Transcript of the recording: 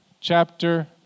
chapter